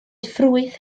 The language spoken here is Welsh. ffrwyth